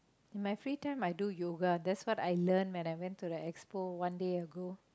in my free time I do yoga that's what I learn when I went to the Expo one day ago